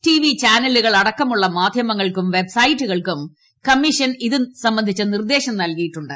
TV ചാനലുകൾ അടക്കമുള്ള മാധ്യമങ്ങൾക്കും വെബ്സൈറ്റുകൾക്കും കമ്മീഷൻ ഇത് സ്ംബന്ധിച്ച നിർദ്ദേശം നൽകിയിട്ടുണ്ട്